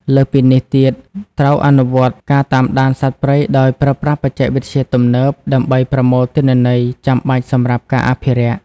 លើសពីនេះទៀត ត្រូវអនុវត្តការតាមដានសត្វព្រៃដោយប្រើប្រាស់បច្ចេកវិទ្យាទំនើប ដើម្បីប្រមូលទិន្នន័យចាំបាច់សម្រាប់ការអភិរក្ស។